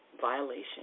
violation